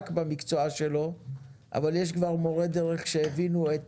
במקצוע שלו אבל יש מורי דרך שכבר הבינו את